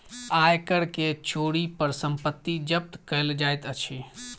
आय कर के चोरी पर संपत्ति जब्त कएल जाइत अछि